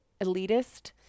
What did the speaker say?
elitist